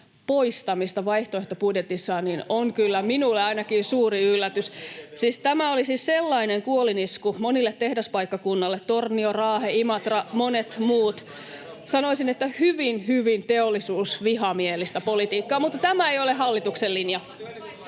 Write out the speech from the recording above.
poistamista vaihtoehtobudjetissaan, on kyllä minulle ainakin suuri yllätys. [Perussuomalaisten ryhmästä: Ohhoh!] Siis tämä olisi sellainen kuolinisku monelle tehdaspaikkakunnalle — Tornio, Raahe, Imatra, monet muut. Sanoisin, että hyvin, hyvin teollisuusvihamielistä politiikkaa, mutta tämä ei ole hallituksen linja.